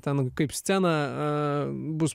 ten kaip scena bus